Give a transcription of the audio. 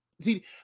See